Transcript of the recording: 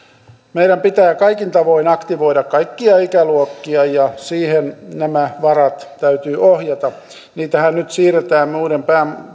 meidän pitää kaikin tavoin aktivoida kaikkia ikäluokkia ja siihen nämä varat täytyy ohjata niitähän nyt siirretään muiden